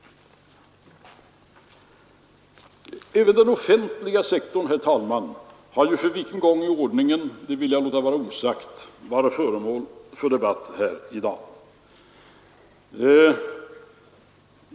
Även den offentliga sektorn, herr talman, har ju — för vilken gång i ordningen vill jag låta vara osagt — varit föremål för debatt i dag.